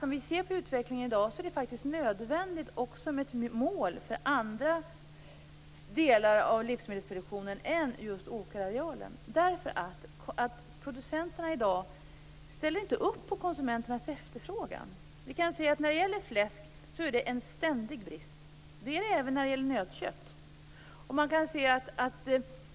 Om vi ser på utvecklingen i dag menar vi att det faktiskt är nödvändigt med ett mål också för andra delar av livsmedelsproduktionen än just åkerarealen, därför att producenterna i dag inte ställer upp på konsumenternas efterfrågan. När det gäller fläsk kan vi se att det är en ständig brist. Det är det även när det gäller nötkött.